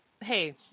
hey